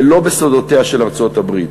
ולא בסודותיה של ארצות-הברית.